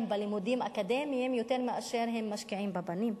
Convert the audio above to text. בלימודים אקדמיים יותר מאשר הן משקיעות בבנים.